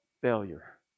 failure